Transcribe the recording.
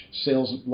sales